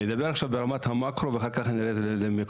אני אדבר עכשיו ברמת המאקרו ואחר כך נרד למיקרו.